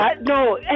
no